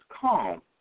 calm